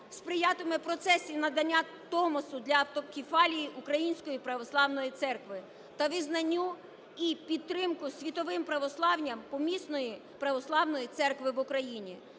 сприятиме процесу надання Томосу для автокефалії української православної церкви та визначенню і підтримку світовим православ'ям помісної православної церкви в Україні.